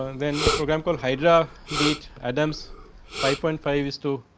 ah then program call hydra beet adams five point five is to